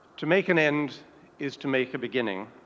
to make an end is to make a beginning.